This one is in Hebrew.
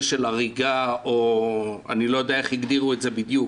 של הריגה או אני לא יודע איך הגדירו את בדיוק